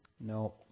No